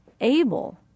able